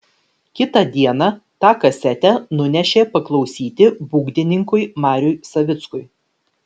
kitą dieną tą kasetę nunešė paklausyti būgnininkui mariui savickui